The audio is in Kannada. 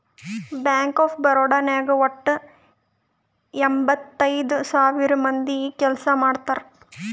ಬ್ಯಾಂಕ್ ಆಫ್ ಬರೋಡಾ ನಾಗ್ ವಟ್ಟ ಎಂಭತ್ತೈದ್ ಸಾವಿರ ಮಂದಿ ಕೆಲ್ಸಾ ಮಾಡ್ತಾರ್